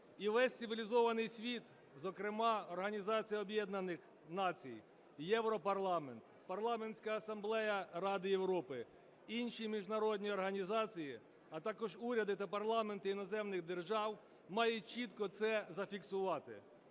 І весь цивілізований світ, зокрема Організація Об'єднаних Націй, Європарламент, Парламентська асамблея Ради Європи, інші міжнародні організації, а також уряди та парламенти іноземних держав мають чітко це зафіксувати.